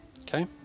Okay